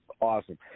Awesome